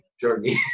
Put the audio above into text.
journey